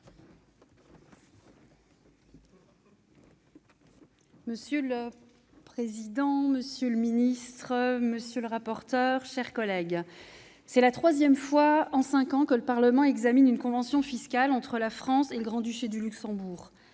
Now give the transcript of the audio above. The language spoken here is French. Monsieur le président, monsieur le ministre, mes chers collègues, c'est la troisième fois en cinq ans que le Parlement examine une convention fiscale entre la France et le Grand-Duché de Luxembourg.